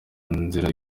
nzira